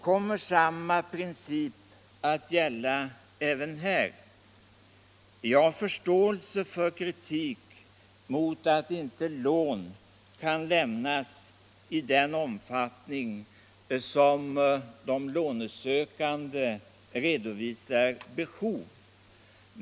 Kommer samma princip att gälla även här? Jag har förståelse för kritik mot att inte lånen lämnas i den omfattning som de lånesökande redovisar behov.